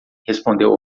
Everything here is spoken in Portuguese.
respondeu